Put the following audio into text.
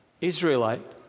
Israelite